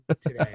today